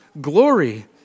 glory